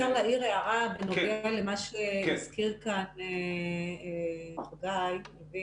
אם אפשר להעיר הערה בנוגע למה שהזכיר כאן פרופ' חגי לוין.